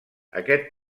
aquest